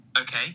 Okay